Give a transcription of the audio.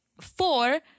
four